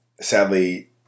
Sadly